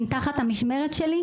אם תחת המשמרת שלי,